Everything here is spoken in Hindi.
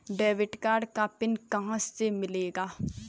डेबिट कार्ड का पिन कहां से मिलेगा?